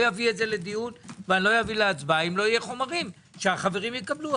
לא אביא את זה לדיון ולהצבעה אם לא יהיה חומרים שהחברים יקבלו.